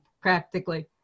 practically